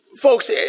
Folks